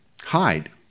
hide